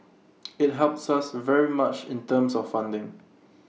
IT helps us very much in terms of funding